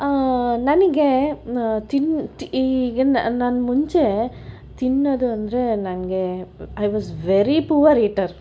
ನನಗೆ ಈ ನಾನು ಮುಂಚೆ ತಿನ್ನೋದು ಅಂದರೆ ನನಗೆ I was very poor eater